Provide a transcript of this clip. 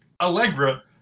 Allegra